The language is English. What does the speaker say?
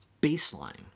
baseline